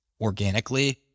organically